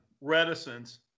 reticence